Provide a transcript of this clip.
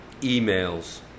emails